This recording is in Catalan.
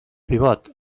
pivot